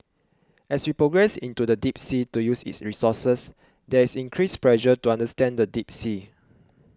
as we progress into the deep sea to use its resources there is increased pressure to understand the deep sea